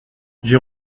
j’ai